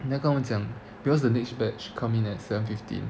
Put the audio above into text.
then 他跟我们讲 because the next batch come in at seven fifteen